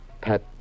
Pat